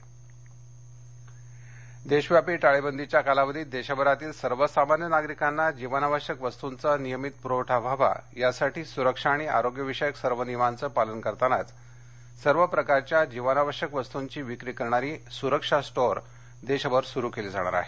सरक्षा देशव्यापी टाळेबंदीच्या कालावधीत देशभरातील सर्वसामान्य नागरिकांना जीवनावश्यक वस्तूंचा नियमित पूरवठा व्हावा यासाठी सुरक्षा आणि आरोग्यविषयक सर्व नियमांचे पालन करतानाच सर्व प्रकारच्या जीवनावश्यक वस्तूंची विक्री करणारी सुरक्षा स्टोअर देशभर सुरु केली जाणार आहेत